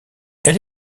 elle